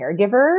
caregiver